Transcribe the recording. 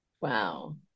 Wow